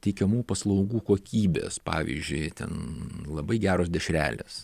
teikiamų paslaugų kokybės pavyzdžiui ten labai geros dešrelės